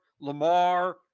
Lamar